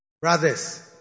Brothers